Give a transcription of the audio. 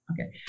Okay